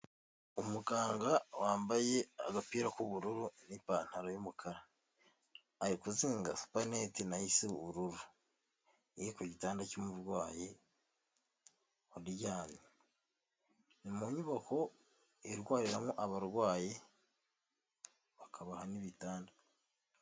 Umuganga wambaye agapira k'ubururu n'ipantaro y'umukara, ari kuzinga supanete nayo isa ubururu, iri ku gitanda cy'umurwayi uryamye, ni mu nyubako irwariramo abarwayi bakabaha n'ibitanda.